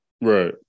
right